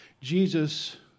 Jesus